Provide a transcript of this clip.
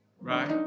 right